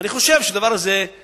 אני חושב שהדבר הזה הוא